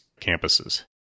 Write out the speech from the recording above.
campuses